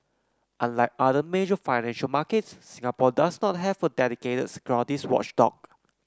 unlike other major financial markets Singapore does not have a dedicated securities watchdog